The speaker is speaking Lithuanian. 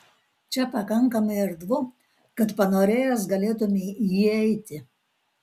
čia pakankamai erdvu kad panorėjęs galėtumei įeiti